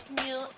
new